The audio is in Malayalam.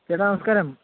ചേട്ടാ നമസ്ക്കാരം